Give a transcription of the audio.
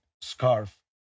scarf